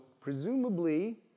presumably